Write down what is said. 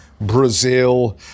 Brazil